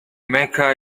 mecca